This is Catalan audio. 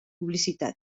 publicitat